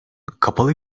kapalı